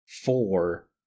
four